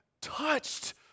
touched